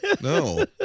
No